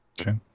Okay